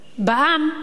בעם,